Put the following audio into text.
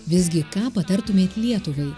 visgi ką patartumėt lietuvai